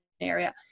area